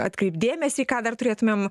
atkreipt dėmesį ką dar turėtumėm